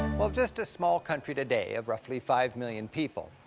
while just a small country today of roughly five million people,